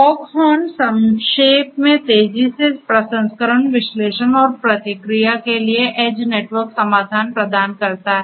fog horn संक्षेप में तेजी से प्रसंस्करण विश्लेषण और प्रतिक्रिया के लिए एड्ज नेटवर्क समाधान प्रदान करता है